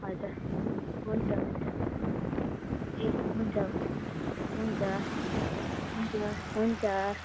हजुर हुन्छ हुन्छ ए हुन्छ हुन्छ हुन्छ हुन्छ हुन्छ